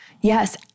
Yes